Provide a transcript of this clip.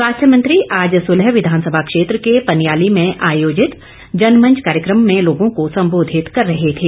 स्वास्थ्य मंत्री आज सुल्ह विधानसभा क्षेत्र के पनियाली में आयोजित जनमंच कार्यक्रम में लोगों को सम्बोधित कर रहे थे